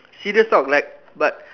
serious talk like but